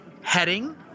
heading